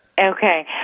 Okay